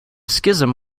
schism